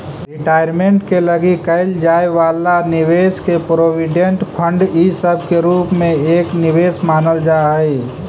retirement के लगी कईल जाए वाला निवेश के प्रोविडेंट फंड इ सब के रूप में एक निवेश मानल जा हई